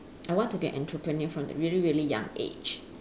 I want to be an entrepreneur from a really really young age